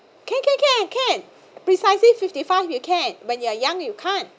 can can can can precisely fifty five you can when you are young you can't